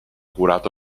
curato